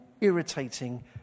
irritating